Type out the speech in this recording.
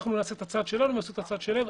נעשה את הצעד שלנו, הם יעשו את הצעד שלהם.